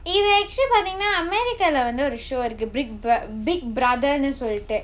இது:ithu actually பார்தீங்கனா:paartheengana america lah வந்து ஒரு:vanthu oru show இருக்கு:irukku big brother னு சொல்லிட்டு:nu sollittu